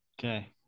Okay